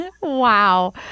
Wow